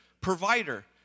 provider